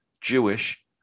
Jewish